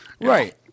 right